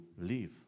live